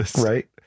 right